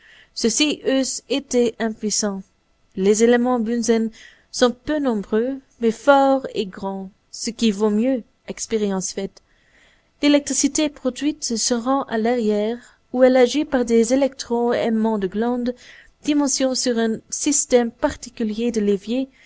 eussent été impuissants les éléments bunzen sont peu nombreux mais forts et grands ce qui vaut mieux expérience faite l'électricité produite se rend à l'arrière où elle agit par des électro aimants de grande dimension sur un système particulier de leviers